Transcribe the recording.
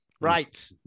Right